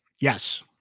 Yes